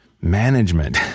management